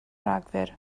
rhagfyr